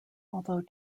although